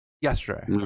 yesterday